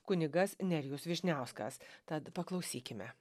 kunigas nerijus vyšniauskas tad paklausykime